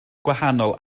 gwahanol